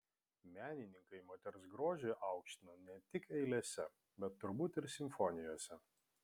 menininkai moters grožį aukštino ne tik eilėse bet turbūt ir simfonijose